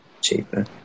cheaper